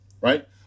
Right